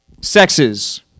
sexes